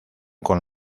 con